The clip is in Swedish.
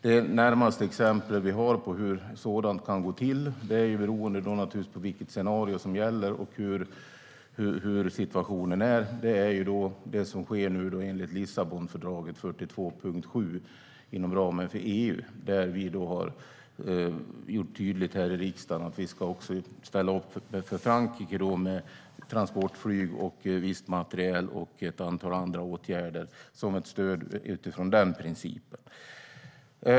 Det närmaste exemplet vi har på hur sådant kan gå till - beroende av vilket scenario som gäller och hur situationen är - är det som sker nu enligt Lissabonfördraget 42.7 inom ramen för EU där vi har gjort tydligt här i riksdagen att vi ska ställa upp för Frankrike med transportflyg, viss materiel och ett antal andra åtgärder som ett stöd utifrån den principen.